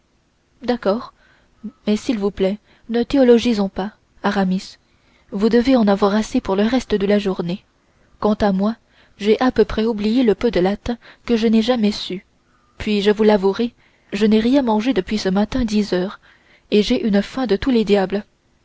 d'accord mais s'il vous plaît ne théologisons pas aramis vous devez en avoir assez pour le reste de la journée quant à moi j'ai à peu près oublié le peu de latin que je n'ai jamais su puis je vous l'avouerai je n'ai rien mangé depuis ce matin dix heures et j'ai une faim de tous les diables